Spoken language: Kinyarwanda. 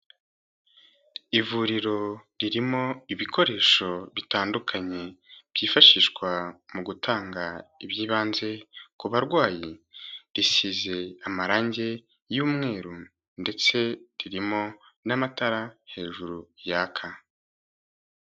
Ivuriro ririmo ibikoresho bitandukanye byifashishwa mu gutanga ibyibanze ku barwayi, risize amarange y'umweru ndetse ririmo n'amatara hejuru yaka.